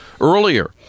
earlier